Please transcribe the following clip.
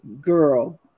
Girl